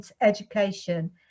education